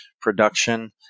production